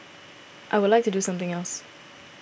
I would like to do something else